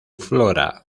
flora